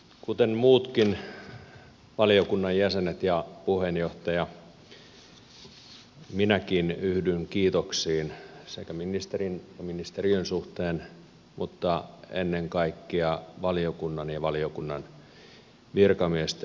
kuten muutkin valiokunnan jäsenet ja puheenjohtaja minäkin yhdyn kiitoksiin sekä ministerin että ministeriön suhteen että ennen kaikkea valiokunnan ja valiokunnan virkamiesten suhteen